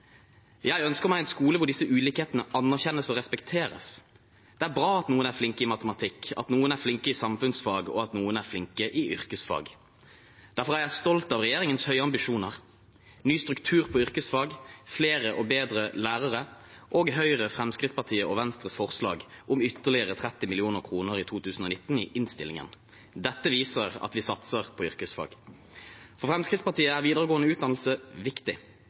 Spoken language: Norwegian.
Jeg ønsker meg en skole hvor disse ulikhetene anerkjennes og respekteres. Det er bra at noen er flinke i matematikk, at noen er flinke i samfunnsfag, og at noen er flinke i yrkesfag. Derfor er jeg stolt av regjeringens høye ambisjoner – ny struktur på yrkesfag, flere og bedre lærere og Høyre, Fremskrittspartiet og Venstres forslag i innstillingen om ytterligere 30 mill. kr i 2019. Dette viser at vi satser på yrkesfag. For Fremskrittspartiet er videregående utdannelse viktig.